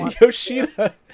Yoshida